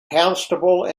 constable